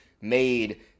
made